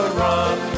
run